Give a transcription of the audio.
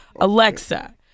Alexa